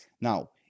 Now